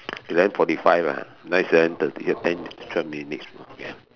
eleven forty five ah now is eleven thirty ten to twelve minutes ya